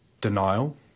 Denial